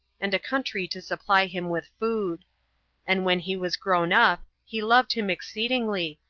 and a country to supply him with food and when he was grown up he loved him exceedingly,